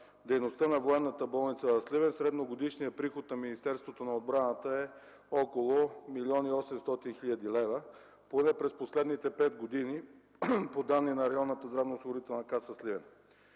дейността на Военната болница в Сливен средногодишният приход на Министерството на отбраната е около 1 млн. 800 хил. лв., поне през последните пет години по данни на Районната здравноосигурителна каса – Сливен?